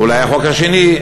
אולי החוק השני.